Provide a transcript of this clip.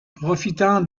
profitant